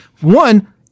one